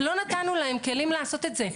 לא נתנו להם כלים לעשות את זה.